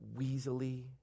weaselly